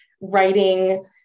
writing